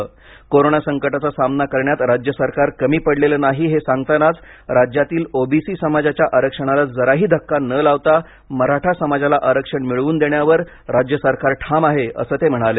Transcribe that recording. corona संकटाचा सामना करण्यात राज्यसरकार कमी पडलेलं नाही हे सांगतानाच राज्यातील ओबीसी समाजाच्या आरक्षणाला जराही धक्का न लावता मराठा समाजाला आरक्षण मिळवून देण्यावर राज्य सरकार ठाम आहे असं ते म्हणाले